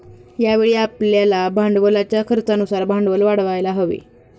यावेळी आपल्याला भांडवलाच्या खर्चानुसार भांडवल वाढवायला हवे